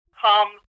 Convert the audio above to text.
come